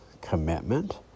commitment